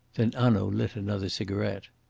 then hanaud lit another cigarette.